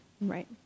Right